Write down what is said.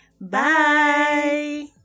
bye